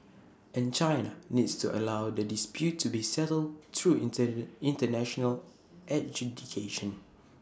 and China needs to allow the dispute to be settled through International adjudication